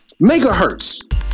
megahertz